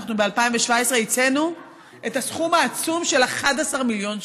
ב-2017 אנחנו ייצאנו את הסכום העצום של 11 מיליון שקל.